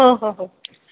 हो हो हो